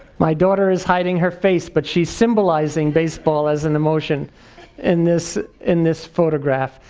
my daughter is hiding her face, but she symbolizing baseball as an emotion in this in this photograph.